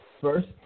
first